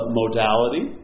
modality